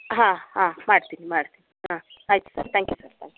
ಹಾಂ ಹಾಂ ಮಾಡ್ತೀನಿ ಮಾಡ್ತೀನಿ ಹಾಂ ಆಯಿತು sir thank you sir thank you